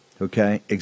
Okay